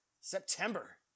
September